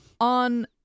on